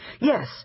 Yes